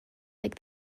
like